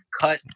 cut